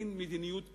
מין מדיניות כללית,